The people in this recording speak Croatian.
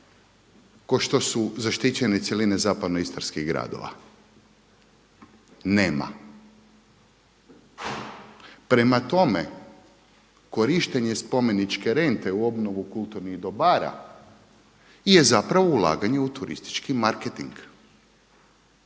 kao što su zaštićene cjeline zapadno istarskih gradova. Nema! Prema tome, korištenje spomeničke rente u obnovu kulturnih dobara je zapravo ulaganje u turistički marketing.